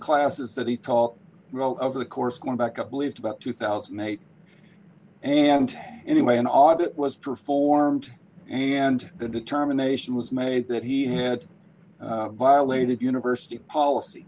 classes that he taught roll over the course going back up believed about two thousand and eight and anyway an audit was performed and the determination was made that he had violated university policy